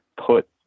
put